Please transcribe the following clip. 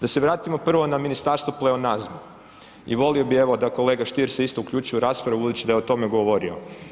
Da se vratimo na ministarstvo pleonazma, i volio bih evo, da kolega Stier se isto uključi u raspravu budući da je o tome govorio.